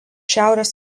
šiaurės